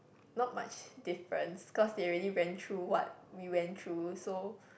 not much difference cause they already went through what we went through so